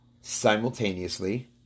simultaneously